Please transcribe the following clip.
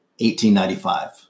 1895